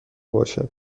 باشد